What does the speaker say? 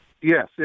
yes